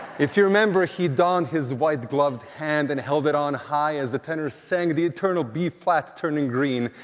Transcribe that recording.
if you remember, he donned his white-gloved hand and held it on high as the tenors sang the eternal b-flat turning green.